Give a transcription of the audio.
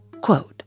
Quote